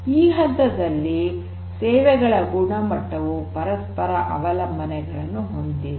ಈ ಹಂತದಲ್ಲಿ ಸೇವೆಗಳ ಗುಣಮಟ್ಟವು ಪರಸ್ಪರ ಅವಲಂಬನೆಗಳನ್ನು ಹೊಂದಿವೆ